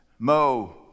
Mo